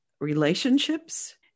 relationships